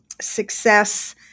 success